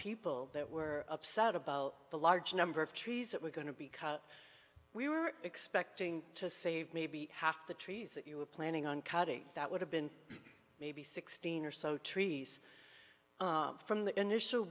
people that were upset about the large number of trees that were going to be cut we were expecting to save maybe half the trees that you were planning on cutting that would have been maybe sixteen or so trees from the initial